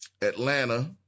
Atlanta